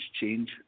change